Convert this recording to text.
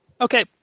okay